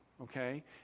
okay